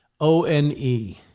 O-N-E